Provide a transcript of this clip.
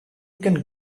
can